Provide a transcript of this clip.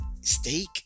steak